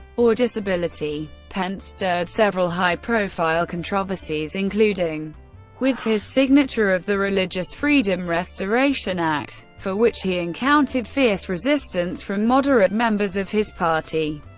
or disability. pence stirred several high-profile controversies, including with his signature of the religious freedom restoration act, for which he encountered fierce resistance from moderate members of his party,